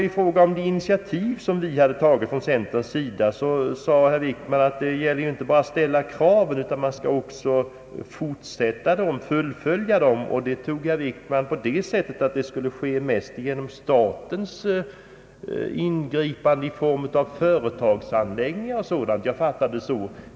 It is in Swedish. Beträffande de initiativ som tagits från centerns sida sade herr Wickman att det inte bara gäller att ställa krav utan också att vidta åtgärder. Med åtgärder menade herr Wickman huvudsakligen statsingripanden i form av företagsetablering och sådant.